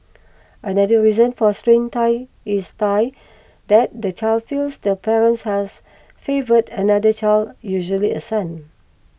another reason for strained ties is tie that the child feels the parent has favoured another child usually a son